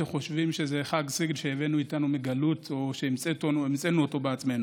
שחושבים שזה חג סיגד שהבאנו איתנו מהגלות או שהמצאנו אותו בעצמנו.